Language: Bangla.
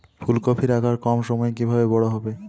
ফুলকপির আকার কম সময়ে কিভাবে বড় হবে?